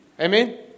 Amen